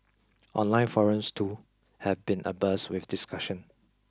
online forums too have been abuzz with discussion